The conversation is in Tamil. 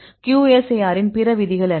QSAR இன் பிற விதிகள் என்ன